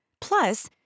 Plus